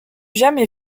jamais